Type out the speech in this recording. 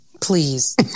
please